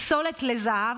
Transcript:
הפסולת, לזהב.